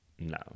No